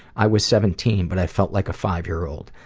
i was seventeen, but i felt like a five yr old.